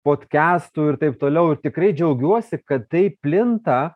podkastų ir taip toliau ir tikrai džiaugiuosi kad tai plinta